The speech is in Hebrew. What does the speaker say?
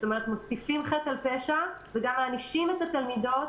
זאת אומרת מוסיפים חטא על פשע וגם מענישים את התלמידות